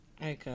Okay